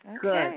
Good